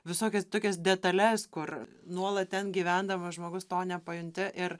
visokias tokias detales kur nuolat ten gyvendamas žmogus to nepajunti ir